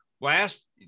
last